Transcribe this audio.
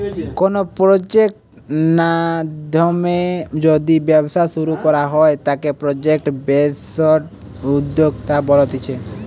কোনো প্রজেক্ট নাধ্যমে যদি ব্যবসা শুরু করা হয় তাকে প্রজেক্ট বেসড উদ্যোক্তা বলতিছে